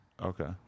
Okay